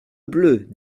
bleue